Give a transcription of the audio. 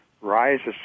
rises